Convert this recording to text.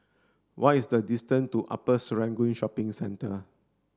what is the distance to Upper Serangoon Shopping Centre